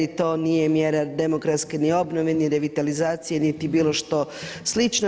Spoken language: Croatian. To nije mjera demografske ni obnove, niti revitalizacije, niti bilo što slično.